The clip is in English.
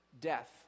death